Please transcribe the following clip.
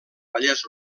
vallès